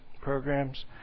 programs